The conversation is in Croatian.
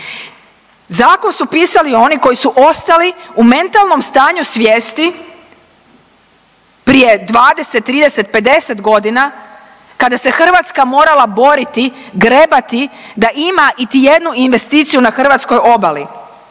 Zakon su pisali oni koji su ostali u mentalnom stanju svijesti prije 20, 30, 50 godina kada se Hrvatska morala boriti, grebati da ima itijednu investiciju na hrvatskoj obali.